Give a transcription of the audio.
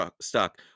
stuck